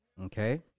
Okay